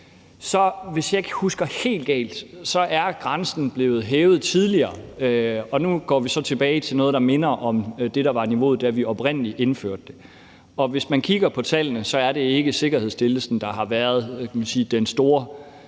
Hvis ikke jeg husker helt galt, er grænsen blevet hævet tidligere, og nu går vi så tilbage til noget, der minder om det, der var niveauet, da vi oprindelig indførte det. Hvis man kigger på tallene, er det ikke sikkerhedsstillelsen, der har været den store